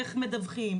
איך מדווחים,